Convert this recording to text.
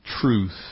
truth